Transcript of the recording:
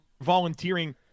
volunteering